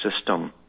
system